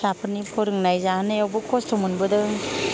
फिसाफोरनि फोरोंनाय जानायावबो खस्थ' मोनबोदों